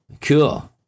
Cool